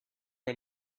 one